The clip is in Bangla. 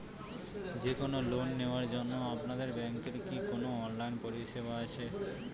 যে কোন লোন নেওয়ার জন্য আপনাদের ব্যাঙ্কের কি কোন অনলাইনে পরিষেবা আছে?